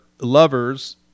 lovers